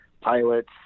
pilots